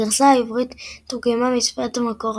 הגרסה העברית תורגמה משפת המקור,